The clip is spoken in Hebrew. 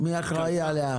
מי אחראי עליה?